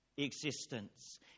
Existence